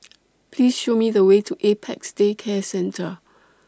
Please Show Me The Way to Apex Day Care Centre